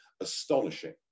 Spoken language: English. astonishing